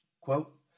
Quote